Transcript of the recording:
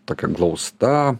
tokia glausta